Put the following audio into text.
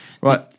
Right